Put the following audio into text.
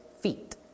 feet